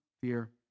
fear